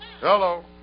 Hello